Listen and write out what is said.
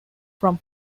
from